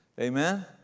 Amen